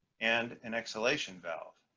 and an exhalation valve,